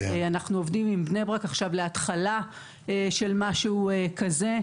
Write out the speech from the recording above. אנחנו עובדים עכשיו עם בני ברק להתחלה של משהו כזה.